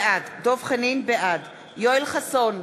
בעד יואל חסון,